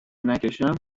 نکشم